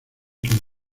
quien